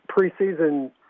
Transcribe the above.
preseason